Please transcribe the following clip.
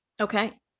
Okay